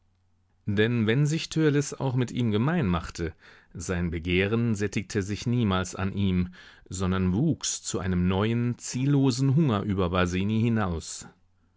denn wenn sich törleß auch mit ihm gemein machte sein begehren sättigte sich niemals an ihm sondern wuchs zu einem neuen ziellosen hunger über basini hinaus